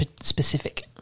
specific